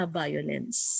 violence